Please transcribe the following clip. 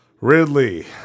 Ridley